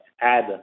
add